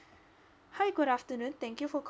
hi good afternoon thank you for calling